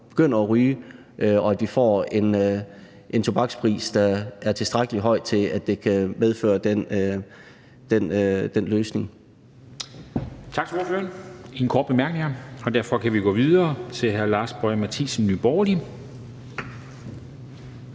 begynder at ryge, og at vi får en tobakspris, der er tilstrækkelig høj til, at det kan medføre den løsning.